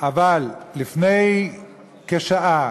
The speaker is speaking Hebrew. אבל לפני כשעה,